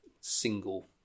single